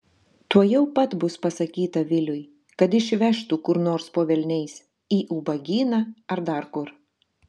tuojau pat bus pasakyta viliui kad išvežtų kur nors po velniais į ubagyną ar dar kur